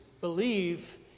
believe